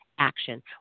action